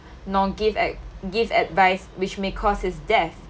nor give ad~ give advice which may cause his death